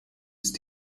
ist